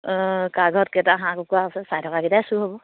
অঁ কাৰ ঘৰত কেইটা হাঁহ কুকুৰা আছে চাই থকা কেইটাই চোৰ হ'ব